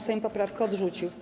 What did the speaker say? Sejm poprawkę odrzucił.